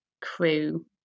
crew